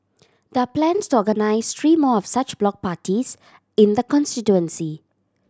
there are plans to organise three more of such block parties in the constituency